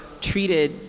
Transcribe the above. treated